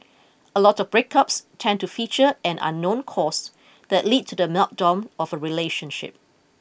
a lot of breakups tend to feature an unknown cause that lead to the meltdown of a relationship